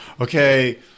okay